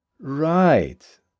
right